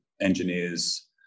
engineers